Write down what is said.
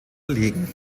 erliegen